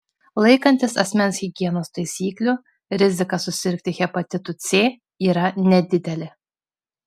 laikantis asmens higienos taisyklių rizika susirgti hepatitu c yra nedidelė